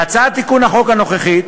בהצעת תיקון החוק הנוכחית